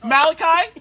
Malachi